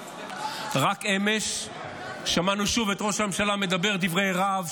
רק אמש שמענו שוב את ראש הממשלה מדבר דברי רהב,